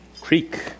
Creek